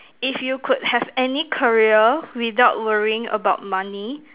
if you could have any career without worrying about money